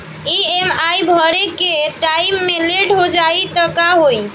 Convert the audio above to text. EMI भरे के time मे लेट हो जायी त का होई?